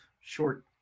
short